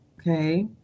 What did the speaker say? Okay